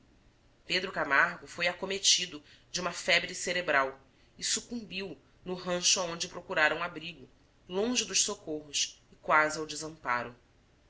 pedro camargo foi acometido de uma febre cerebral e sucumbiu no rancho aonde procurara um abrigo longe dos socorros e quase ao desamparo